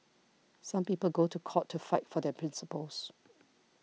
some people go to court to fight for their principles